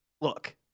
look